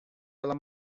ela